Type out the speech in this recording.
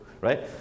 Right